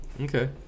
Okay